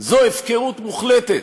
זו הפקרות מוחלטת.